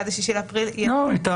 היום.